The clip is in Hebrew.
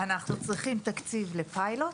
אנחנו צריכים תקציב לפיילוט,